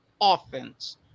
offense